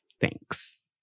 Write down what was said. Thanks